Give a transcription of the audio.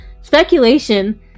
speculation